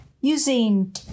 Using